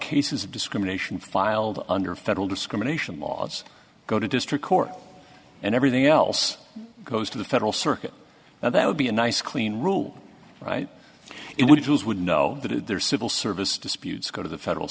cases of discrimination filed under federal discrimination laws go to district court and everything else goes to the federal circuit now that would be a nice clean rule right it would use would know that their civil service disputes go to the federal